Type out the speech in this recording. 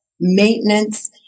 maintenance